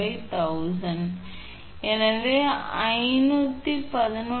95 √3 1000 எனவே இது 511